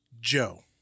Joe